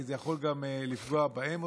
כי זה יכול גם לפגוע בהם,